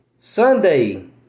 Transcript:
Sunday